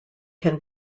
can